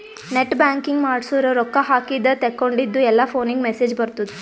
net banking ಮಾಡ್ಸುರ್ ರೊಕ್ಕಾ ಹಾಕಿದ ತೇಕೊಂಡಿದ್ದು ಎಲ್ಲಾ ಫೋನಿಗ್ ಮೆಸೇಜ್ ಬರ್ತುದ್